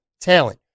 talent